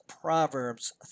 Proverbs